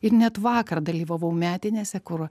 ir net vakar dalyvavau metinėse kur